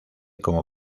como